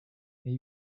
may